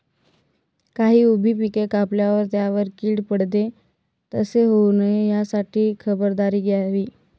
काही उभी पिके कापल्यावर त्यावर कीड पडते, तसे होऊ नये यासाठी काय खबरदारी घ्यावी?